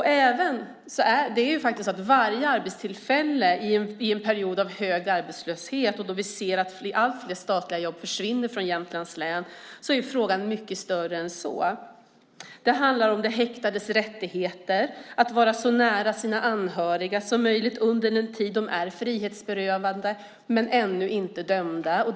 Men varje arbetstillfälle är viktigt i en tid av hög arbetslöshet, och då vi ser att allt fler statliga jobb försvinner från Jämtlands län är frågan mycket större än så. Det handlar om de häktades rättigheter och att de kan var så nära sina anhöriga som möjligt under den tid då de är frihetsberövade men ännu inte dömda.